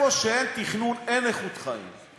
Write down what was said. במקום שאין תכנון, אין איכות חיים.